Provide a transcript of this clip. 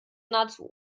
nahezu